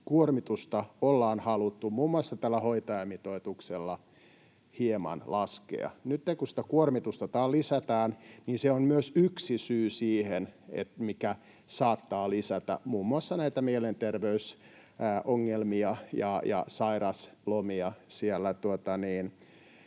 kuormitusta ollaan haluttu muun muassa tällä hoitajamitoituksella hieman laskea. Nytten, kun sitä kuormitusta lisätään, se on myös yksi syy siihen, mikä saattaa lisätä muun muassa näitä mielenterveysongelmia ja sairauslomia